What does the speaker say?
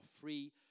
free